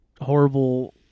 horrible